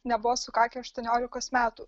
nebuvo sukakę aštuoniolikos metų